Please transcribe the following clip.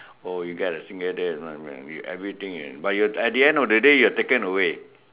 oh you got a single day to buy any you want everything but at the end of the day you are taken away